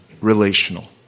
relational